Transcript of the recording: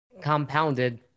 compounded